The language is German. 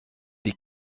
die